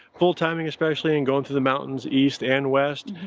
full timing especially and going through the mountains east and west,